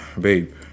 Babe